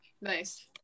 Nice